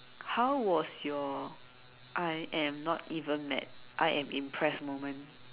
how was your I am not even mad I am impressed moment